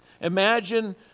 Imagine